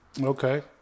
Okay